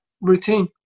routine